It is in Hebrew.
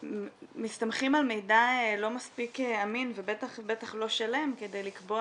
מסתמכים על מידע לא מספיק אמין ובטח ובטח לא שלם כדי לקבוע